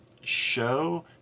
show